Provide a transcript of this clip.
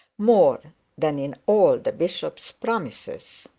more than in all the bishop's promises,